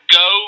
go